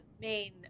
main